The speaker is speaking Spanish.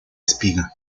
espiga